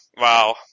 Wow